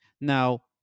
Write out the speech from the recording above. now